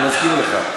אני מזכיר לך.